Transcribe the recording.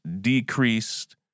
decreased